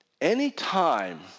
Anytime